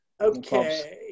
Okay